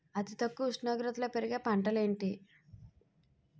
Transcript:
అతి తక్కువ ఉష్ణోగ్రతలో పెరిగే పంటలు ఏంటి?